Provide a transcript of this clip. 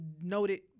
noted